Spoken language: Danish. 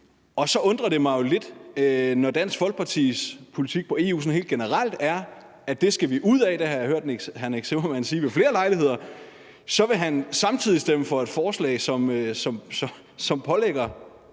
og så undrer det mig lidt, når Dansk Folkepartis politik vedrørende EU sådan helt generelt er, at det skal vi ud af – det har jeg hørt hr. Nick Zimmermann sige ved flere lejligheder – at han så samtidig vil stemme for et forslag, som pålægger